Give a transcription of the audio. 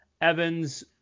Evans